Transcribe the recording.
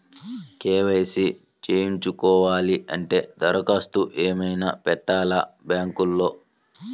KYC చేయించుకోవాలి అంటే దరఖాస్తు ఏమయినా పెట్టాలా బ్యాంకులో?